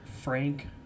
Frank